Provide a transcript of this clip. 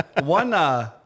one